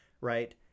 Right